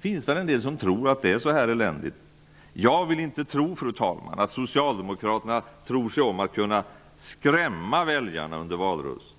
Finns det en del som tror att det är så här eländigt? Jag vill inte tro att socialdemokraterna tror sig om att kunna skrämma väljarna under valrörelsen.